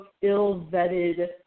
ill-vetted